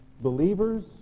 Believers